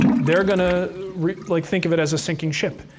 they're going to like think of it as a sinking ship.